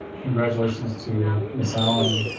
congratulations to ms allan,